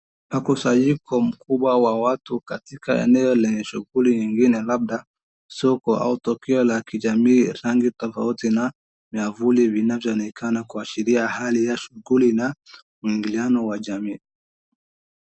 Makusanyiko mkubwa wa watu katika maeneo lenye shughuli mengine labda soko au tokeo la kijamii, rangi tofauti na miavuli inayoonekana kuashiria hali ya shughuli na mwingiliano wa jamii.